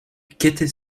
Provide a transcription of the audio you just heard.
qu’était